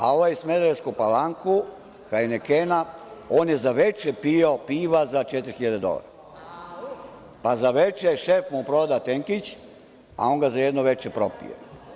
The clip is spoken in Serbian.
A ovaj iz Smederevsku Palanku hajnekena, on je za veče pio piva za četiri hiljade dolara, pa mu šef proda tenkić, a on ga za jedno veče propije.